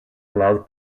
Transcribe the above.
allowed